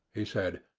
he said,